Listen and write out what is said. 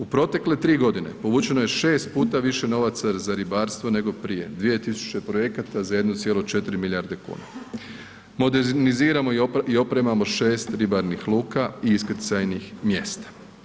U protekle 3.g. povučeno je 6 puta više novaca za ribarstvo nego prije, 2000 projekata za 1,4 milijarde kuna, moderniziramo i opremamo 6 ribarnih luka i iskrcajnih mjesta.